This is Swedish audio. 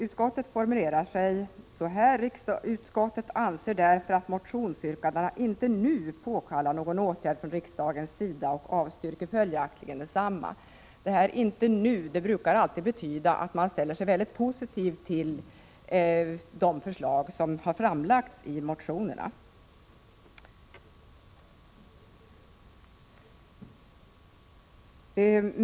Utskottet formulerar sig så här: ”Utskottet anser därför att motionsyrkandena inte nu påkallar någon åtgärd från riksdagens sida och avstyrker följaktligen desamma.” ”Inte nu” brukar betyda att man ställer sig positiv till de förslag som har framlagts i motionerna.